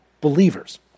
believers